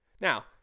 Now